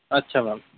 আচ্ছা ম্যাম